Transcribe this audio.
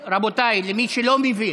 למי שלא מבין,